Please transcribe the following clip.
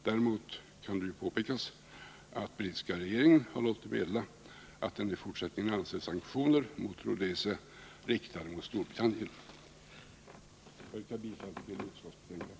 Däremot kan det påpekas att den brittiska regeringen har låtit meddela att den i fortsättningen anser sanktioner mot Rhodesia såsom riktade mot Storbritannien. Fru talman! Jag yrkar bifall till utskottets hemställan i betänkandet.